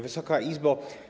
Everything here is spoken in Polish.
Wysoka Izbo!